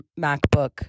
MacBook